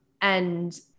And-